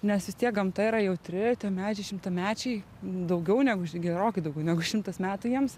nes vis tiek gamta yra jautri tie medžiai šimtamečiai daugiau negu gerokai daugiau negu šimtas metų jiems